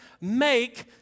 make